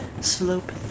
Slope